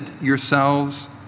yourselves